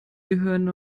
gehören